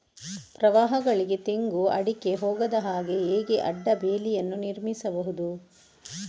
ಪ್ರವಾಹಗಳಿಗೆ ತೆಂಗು, ಅಡಿಕೆ ಹೋಗದ ಹಾಗೆ ಹೇಗೆ ಅಡ್ಡ ಬೇಲಿಯನ್ನು ನಿರ್ಮಿಸಬಹುದು?